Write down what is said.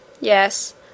Yes